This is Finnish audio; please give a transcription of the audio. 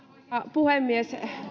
puhemies